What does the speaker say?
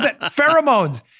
Pheromones